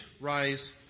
rise